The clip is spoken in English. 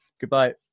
Goodbye